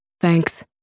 Thanks